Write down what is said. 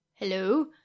Hello